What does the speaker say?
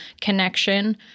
connection